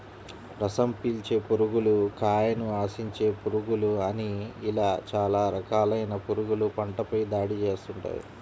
రసం పీల్చే పురుగులు, కాయను ఆశించే పురుగులు అని ఇలా చాలా రకాలైన పురుగులు పంటపై దాడి చేస్తుంటాయి